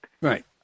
Right